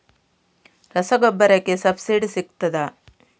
ರಸಗೊಬ್ಬರಕ್ಕೆ ಸಬ್ಸಿಡಿ ಸಿಗ್ತದಾ?